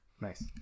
Nice